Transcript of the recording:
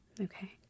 Okay